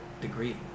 degree